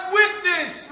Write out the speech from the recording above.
witness